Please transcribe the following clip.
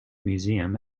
museum